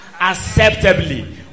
acceptably